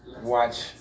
watch